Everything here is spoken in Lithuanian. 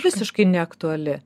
visiškai neaktuali